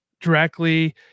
directly